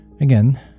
again